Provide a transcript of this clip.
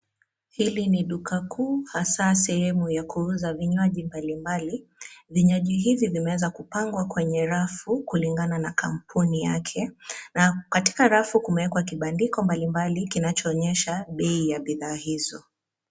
Hili ni duka kuu hasa sehemu ya kuuza vinywaji mbalimbali. Vinywaji hivi vimeweza kupangwa kwenye rafu, kulingana na kampuni yake, na katika rafu kumewekwa kibandiko mbalimbali kinachoonyesha bei ya bidhaa hizo,